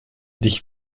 dich